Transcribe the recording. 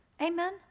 Amen